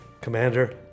commander